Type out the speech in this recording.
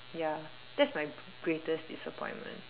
ya that's my greatest disappointment